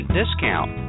discount